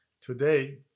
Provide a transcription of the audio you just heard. Today